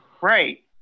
Right